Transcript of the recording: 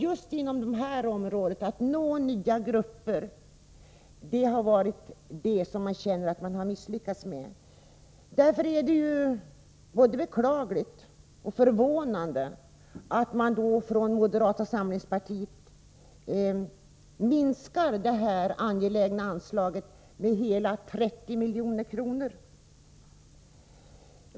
Det gäller särskilt ansträngningarna att nå ut till nya grupper. Därför är det både beklagligt och förvånande att man inom moderata samlingspartiet vill minska det här angelägna anslaget med så mycket som 30 milj.kr.